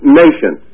nation